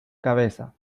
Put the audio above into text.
cabeza